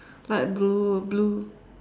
light blue blue